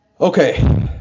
Okay